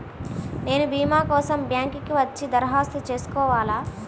నేను భీమా కోసం బ్యాంక్కి వచ్చి దరఖాస్తు చేసుకోవాలా?